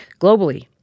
Globally